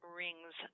rings